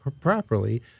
properly